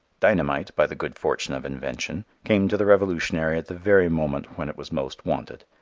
dynamite, by the good fortune of invention, came to the revolutionary at the very moment when it was most wanted.